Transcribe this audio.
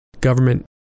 government